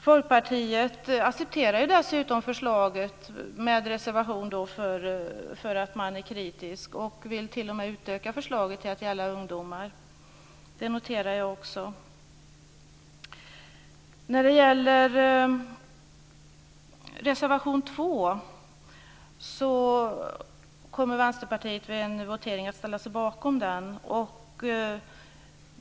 Folkpartiet accepterar dessutom förslaget, med reservation för att man är kritisk, och vill t.o.m. utöka förslaget till att gälla ungdomar. Det noterar jag också. När det gäller reservation 2 kommer Vänsterpartiet vid en votering att ställa sig bakom den.